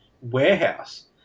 warehouse